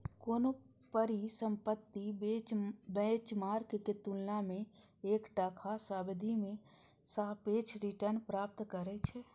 कोनो परिसंपत्ति बेंचमार्क के तुलना मे एकटा खास अवधि मे सापेक्ष रिटर्न प्राप्त करै छै